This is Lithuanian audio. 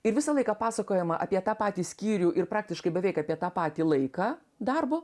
ir visą laiką pasakojama apie tą patį skyrių ir praktiškai beveik apie tą patį laiką darbo